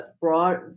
broad